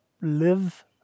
live